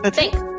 thanks